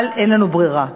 אבל אין לנו ברירה,